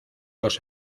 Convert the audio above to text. los